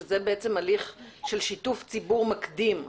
שזה בעצם הליך של שיתוף ציבור מקדים.